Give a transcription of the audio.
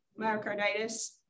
myocarditis